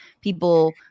people